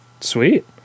Sweet